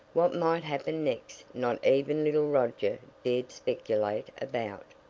what might happen next not even little roger dared speculate about.